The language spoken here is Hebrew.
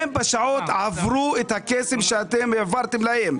הם בשעות עברו את הכסף שהעברתם להם.